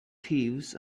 thieves